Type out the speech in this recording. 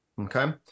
Okay